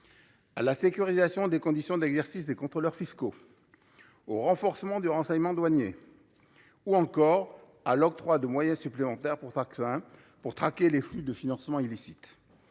à la sécurisation des conditions d’exercice des contrôleurs fiscaux, au renforcement du renseignement douanier ou encore à l’octroi de moyens supplémentaires pour Tracfin afin de lutter contre les flux de financement illicites.